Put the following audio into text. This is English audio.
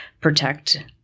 protect